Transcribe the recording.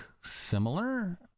similar